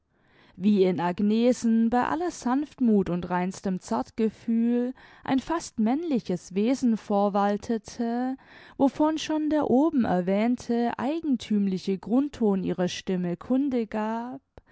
wie in agnesen bei aller sanftmuth und reinstem zartgefühl ein fast männliches wesen vorwaltete wovon schon der oben erwähnte eigenthümliche grundton ihrer stimme kunde gab